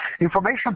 information